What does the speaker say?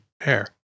hair